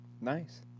Nice